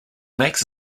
makes